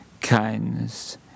kindness